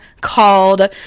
called